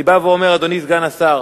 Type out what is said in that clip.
אני בא ואומר, אדוני סגן השר: